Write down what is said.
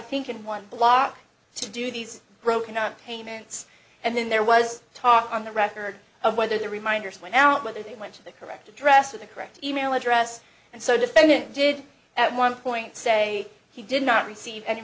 think in one block to do these broken down payments and then there was talk on the record of whether the reminders when out whether they went to the correct address or the correct email address and so defendant did at one point say he did not receive any